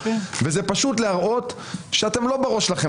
זה פשוט להראות שלא בראש שלכם